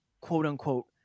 quote-unquote